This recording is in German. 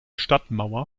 stadtmauer